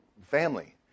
family